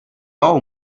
all